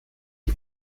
die